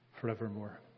forevermore